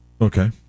Okay